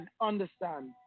understand